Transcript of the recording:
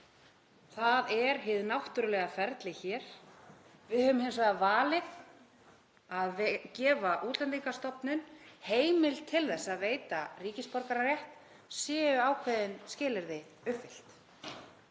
Það er hið náttúrulega ferli hér. Við höfum hins vegar valið að gefa Útlendingastofnun heimild til að veita ríkisborgararétt séu ákveðin skilyrði uppfyllt.